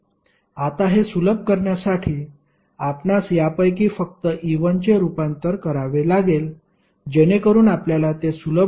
आता हे सुलभ करण्यासाठी आपणास यापैकी फक्त E1 चे रुपांतर करावे लागेल जेणेकरून आपल्याला ते सुलभ होईल